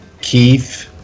Keith